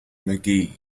magee